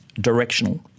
directional